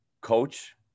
Coach